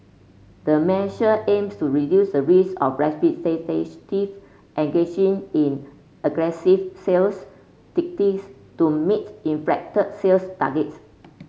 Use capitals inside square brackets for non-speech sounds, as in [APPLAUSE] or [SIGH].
the measure aims to reduce the risk of [UNINTELLIGIBLE] engaging in aggressive sales tactics to meet inflated sales targets